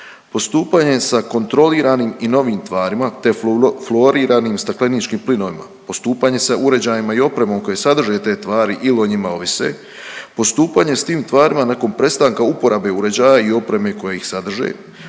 Postupanjem sa kontroliranim i novim tvarima, te fluoriranim stakleničkim plinovima, postupanje sa uređajima i opremom koje sadrže te tvari il o njima ovise, postupanje s tim tvarima nakon prestanka uporabe uređaja i opreme koja ih sadrži,